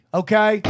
okay